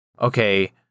okay